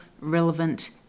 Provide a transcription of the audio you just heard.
relevant